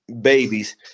babies